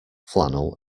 flannel